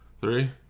Three